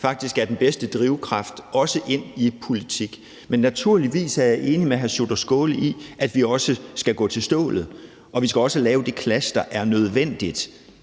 faktisk er den bedste drivkraft, også i politik. Men naturligvis er jeg enig med hr. Sjúrður Skaale i, at vi også skal gå til stålet, og at vi skal have lavet det clash, der er nødvendigt.